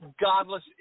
godless